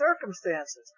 circumstances